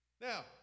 Now